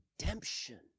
redemption